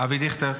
אבי דיכטר,